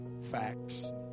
facts